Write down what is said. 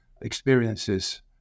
experiences